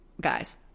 guys